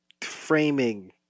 framing